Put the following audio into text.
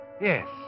Yes